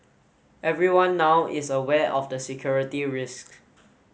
everyone now is aware of the security risks